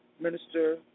Minister